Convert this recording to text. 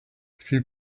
few